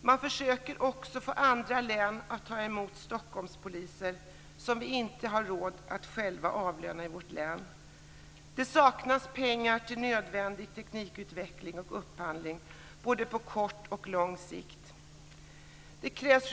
Man försöker också att få andra län att ta emot Stockholmspoliser som vi inte har råd att själva avlöna i vårt län. Det saknas pengar till nödvändig teknikutveckling och upphandling på både kort och lång sikt. Fru talman!